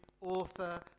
author